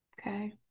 Okay